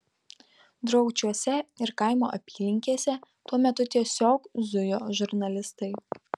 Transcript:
draučiuose ir kaimo apylinkėse tuo metu tiesiog zujo žurnalistai